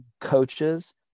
coaches